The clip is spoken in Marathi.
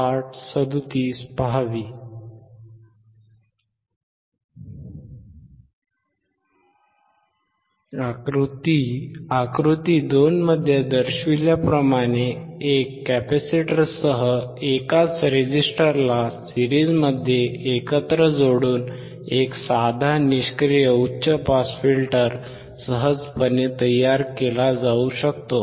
आकृती 2 मध्ये दर्शविल्याप्रमाणे एका कॅपेसिटरसह एकाच रेझिस्टरला सिरीज़मध्ये एकत्र जोडून एक साधा निष्क्रिय उच्च पास फिल्टर सहजपणे तयार केला जाऊ शकतो